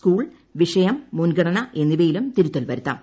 school വിഷയം മുൻഗണന എന്നിവയിലും തിരുത്തൽ വരുത്താം